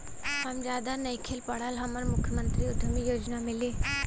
हम ज्यादा नइखिल पढ़ल हमरा मुख्यमंत्री उद्यमी योजना मिली?